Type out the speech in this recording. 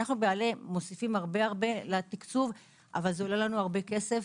אנו בעלה מוסיפים הרבה לתקצוב אבל זה עלה לנו הרבה כסף.